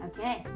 Okay